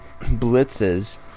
blitzes